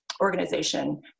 organization